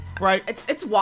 Right